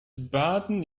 baden